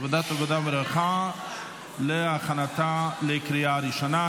העבודה והרווחה להכנתה לקריאה ראשונה.